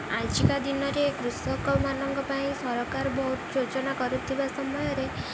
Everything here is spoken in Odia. ଆଜିକା ଦିନରେ କୃଷକମାନଙ୍କ ପାଇଁ ସରକାର ବହୁତ ଯୋଜନା କରୁଥିବା ସମୟରେ